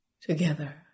together